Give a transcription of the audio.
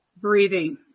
Breathing